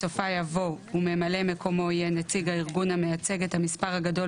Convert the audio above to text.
בסופה יבוא "וממלא מקומו יהיה נציג הארגון המייצג את המספר הגדול